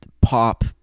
Pop